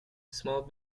small